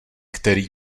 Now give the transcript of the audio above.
který